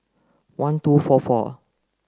one two four four